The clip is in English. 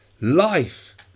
life